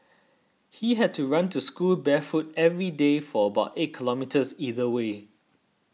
he had to run to school barefoot every day for about eight kilometres either way